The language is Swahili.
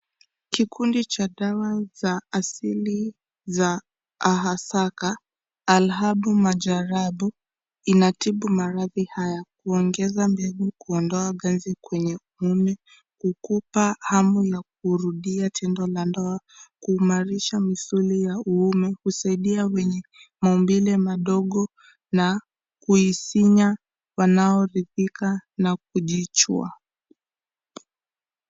Kikundi cha dawa za asili za Ahasaka Alhabu Majarabu inatibu maradhi haya; kuongeza mbegu, kuondoa kasi kwenye uume, kukupa hamu ya kurudia tendo la ndoa, kuumarisha misuli ya uume, kusaidia wenye maumbile madogo na kuizinya wanaoridhika na kujijua.